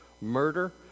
murder